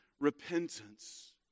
Repentance